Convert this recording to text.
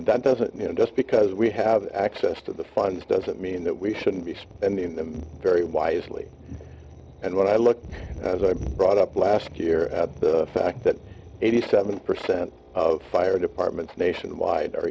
that doesn't you know just because we have access to the funds doesn't mean that we shouldn't be spending very wisely and when i look as i brought up last year at the fact that eighty seven percent of fire departments nationwide